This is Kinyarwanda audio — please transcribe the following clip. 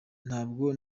ntabwo